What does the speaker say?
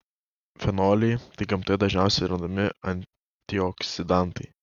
fenoliai tai gamtoje dažniausiai randami antioksidantai